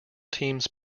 teams